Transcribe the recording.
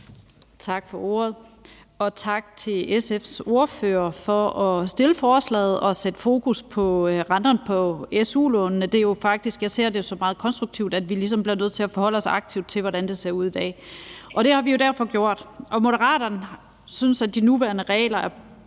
Tak for ordet, og tak til SF's ordfører for at fremsætte forslaget og sætte fokus på renterne på su-lånene. Jeg ser det som meget konstruktivt, at vi ligesom bliver nødt til at forholde os aktivt til, hvordan det ser ud i dag. Det har vi jo derfor gjort. Moderaterne synes, at de nuværende regler er